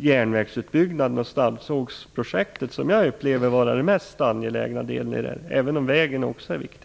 järnvägsutbyggnaden, som jag upplever som den mest angelägna delen av det här, även om vägen också är viktig.